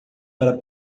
para